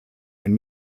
ein